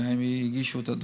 שהם יגישו את הדוחות.